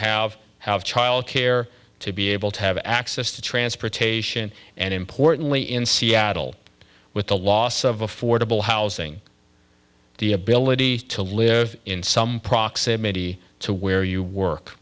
have house child care to be able to have access to transportation and importantly in seattle with the loss of affordable housing the ability to live in some proximity to where you work